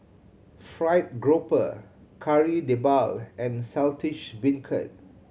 fried grouper Kari Debal and Saltish Beancurd